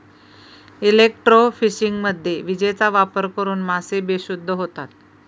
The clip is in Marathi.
इलेक्ट्रोफिशिंगमध्ये विजेचा वापर करून मासे बेशुद्ध होतात